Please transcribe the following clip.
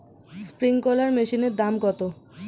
Sprinkler মেশিনের দাম কত?